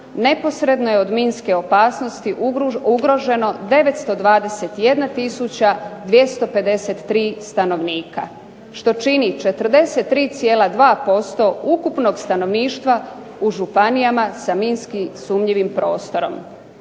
neposredno je od minske opasnosti ugroženo 921 tisuća 253 stanovnika što čini 43,2% ukupnog stanovništva u županijama sa minski sumnjivim prostorom,